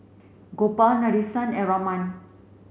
Gopal Nadesan and Raman